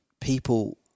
people